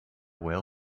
whale